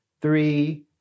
three